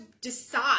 decide